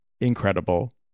incredible